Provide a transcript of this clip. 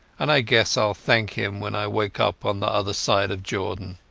and i guess iall thank him when i wake up on the other side of jordan